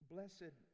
Blessed